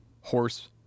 horse